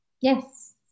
yes